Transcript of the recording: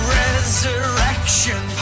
resurrection